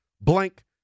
blank